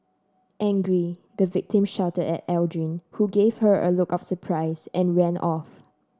angry the victim shouted at Aldrin who gave her a look of surprise and ran off